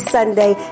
Sunday